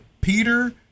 Peter